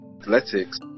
athletics